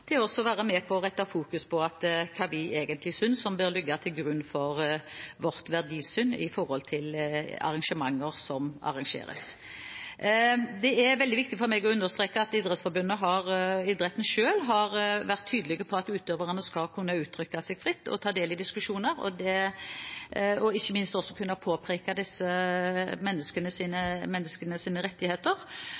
til å være med på å rette fokuset mot hva vi synes bør ligge til grunn for vårt verdisyn i arrangementer som arrangeres. Det er veldig viktig for meg å understreke at Idrettsforbundet – idretten selv – har vært tydelige på at utøverne skal kunne uttrykke seg fritt og ta del i diskusjoner og ikke minst å kunne påpeke disse